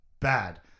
Bad